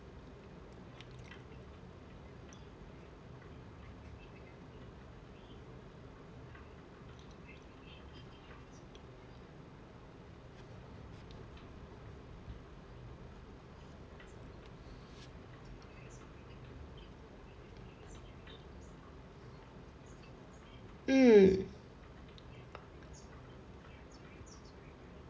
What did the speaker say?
mm